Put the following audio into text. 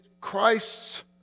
Christ's